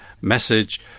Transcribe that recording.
message